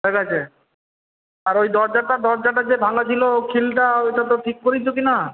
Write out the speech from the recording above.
আর ওই দরজাটা দরজাটা যে ভাঙা ছিল খিলটা ওইটা তো ঠিক করিয়েছ কি না